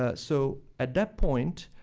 ah so, at that point,